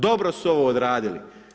Dobro su ovo odradili.